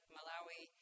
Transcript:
Malawi